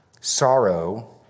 sorrow